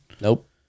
Nope